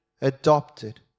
adopted